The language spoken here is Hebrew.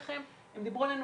הם דברו אתנו